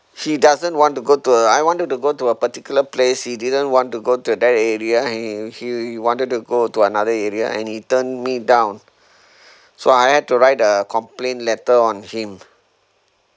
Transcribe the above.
he doesn't want to go to uh I wanted to go to a particular place he didn't want to go to that area and he he wanted to go to another area and he turn me down so I had to write a complaint letter on him